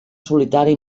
solitari